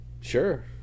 Sure